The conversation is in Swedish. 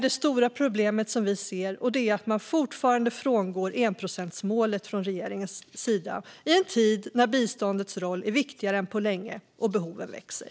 Det stora problemet, som vi ser det, är att regeringen fortfarande frångår enprocentsmålet i en tid när biståndets roll är viktigare än på länge och behoven växer.